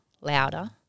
louder